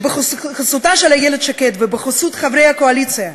שבחסותה של איילת שקד ובחסות חברי הקואליציה,